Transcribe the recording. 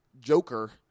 Joker